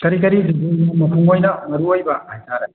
ꯀꯔꯤ ꯀꯔꯤ ꯐꯦꯁꯇꯤꯚꯦꯜꯅꯣ ꯃꯄꯨꯡ ꯑꯣꯏꯅ ꯃꯔꯨ ꯑꯣꯏꯕ ꯍꯥꯏꯇꯥꯔꯦ